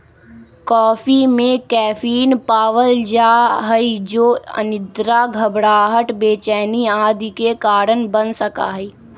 coffee में caffeine पावल जा हई जो अनिद्रा, घबराहट, बेचैनी आदि के कारण बन सका हई